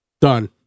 Done